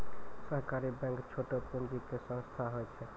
सहकारी बैंक छोटो पूंजी के संस्थान होय छै